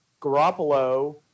Garoppolo